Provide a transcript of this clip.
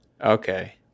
okay